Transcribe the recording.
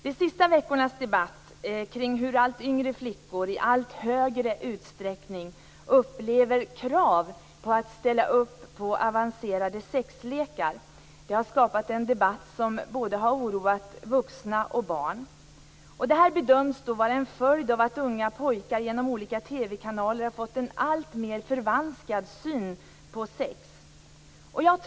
De senaste veckornas debatt om hur allt yngre flickor i allt större utsträckning upplever krav på att ställa upp på avancerade sexlekar har skapat en diskussion som har oroat både vuxna och barn. Det här bedöms vara en följd av att unga pojkar genom olika TV-kanaler har fått en alltmer förvanskad syn på sex.